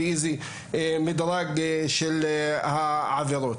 באיזה דירוג של עבירה.